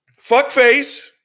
fuckface